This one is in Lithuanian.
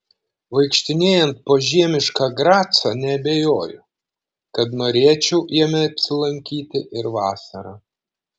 vaikštinėjant po žiemišką gracą neabejoju kad norėčiau jame apsilankyti ir vasarą